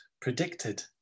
predicted